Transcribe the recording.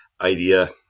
idea